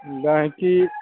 गायकी